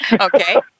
Okay